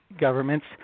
governments